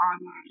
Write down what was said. online